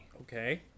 Okay